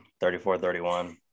34-31